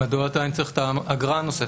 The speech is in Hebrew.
מדוע עדיין צריך את האגרה הנוספת?